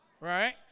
right